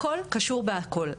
הכול קשור בהכול,